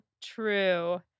true